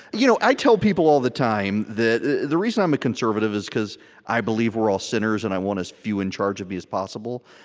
you know i tell people all the time that the reason i'm a conservative is because i believe we're all sinners, and i want as few in charge of me as possible.